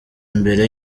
mbere